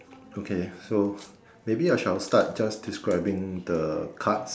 okay so maybe I shall start just describing the cards